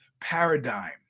paradigm